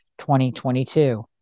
2022